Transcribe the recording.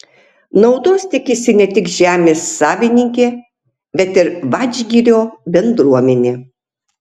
naudos tikisi ne tik žemės savininkė bet ir vadžgirio bendruomenė